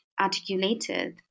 articulated